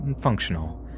Functional